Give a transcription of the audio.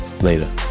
Later